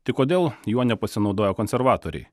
tik kodėl juo nepasinaudojo konservatoriai